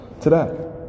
today